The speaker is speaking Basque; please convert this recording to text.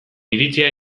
iritzia